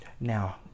Now